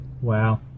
Wow